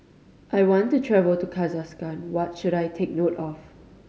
I want to travel to Kazakhstan what should I take note of